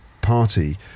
party